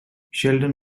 sheldon